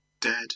dead